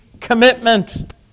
commitment